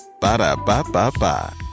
Ba-da-ba-ba-ba